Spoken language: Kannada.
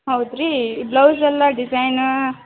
ಹೌದು ರೀ ಬ್ಲೌಸೆಲ್ಲ ಡಿಸೈನ